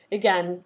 again